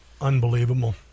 Unbelievable